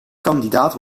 kandidaat